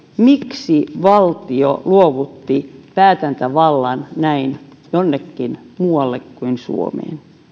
miksi valtio luovutti päätäntävallan näin jonnekin muualle kuin suomeen